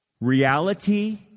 Reality